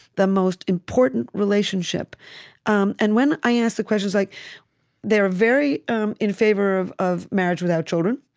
the most important relationship um and when i ask the questions like they are very um in favor of of marriage without children.